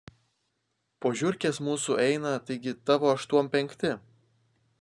po žiurkės mūsų eina taigi tavo aštuom penkti